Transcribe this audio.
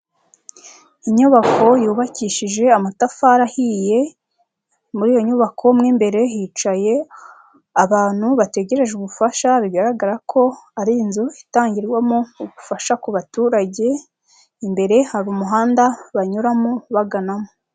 Inyubako yubakishije amatafari ahiye. Muri iyo nyubako mo mbere hicayemo abantu bategereje ubufasha. Bigaragara ko ari inzu itangirwamo ubufasha ku baturage. Imbere hari umuhanda banyuramo baganamo.